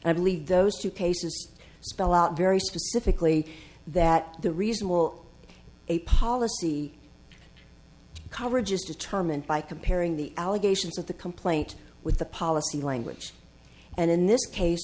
cases i believe those two paces spell out very specifically that the reason will a policy coverage is determined by comparing the allegations of the complaint with the policy language and in this case